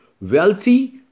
wealthy